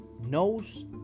knows